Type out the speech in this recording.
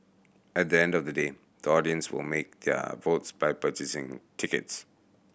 at end of the day the audience will make their votes by purchasing tickets